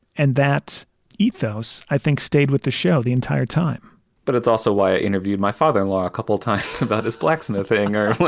and that ethos, i think, stayed with the show the entire time but it's also why i interviewed my father in law a couple times about his blacksmithing. i